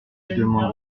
demande